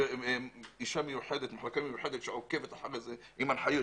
יש לנו מחלקה מיוחדת שעוקבת אחרי זה עם הנחיות.